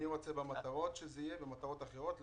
אני רוצה שזה יהיה במטרות אחרות,